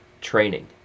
training